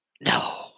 No